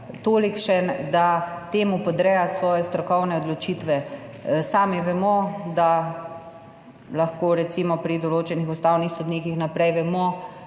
tolikšen, da temu podreja svoje strokovne odločitve. Sami vemo, da lahko recimo pri določenih ustavnih sodnikih vnaprej vemo